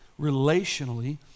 relationally